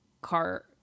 car